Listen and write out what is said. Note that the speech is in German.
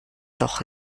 doch